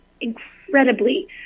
incredibly –